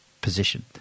position